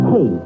Hey